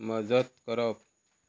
मजत करप